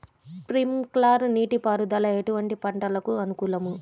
Sprinkler నీటిపారుదల ఎటువంటి పంటలకు అనుకూలము?